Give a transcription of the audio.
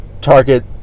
target